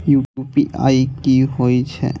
UPI की होई छै?